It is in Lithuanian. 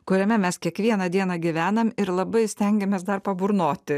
kuriame mes kiekvieną dieną gyvenam ir labai stengiamės dar paburnoti